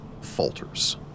falters